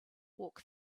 walk